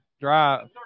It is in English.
drive